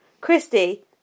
Christy